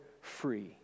free